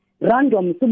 random